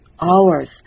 Hours